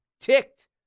ticked